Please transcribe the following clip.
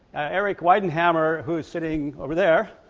eric weidenhammer, who's sitting over there,